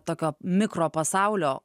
tokio mikropasaulio